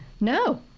no